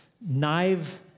knife